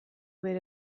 bere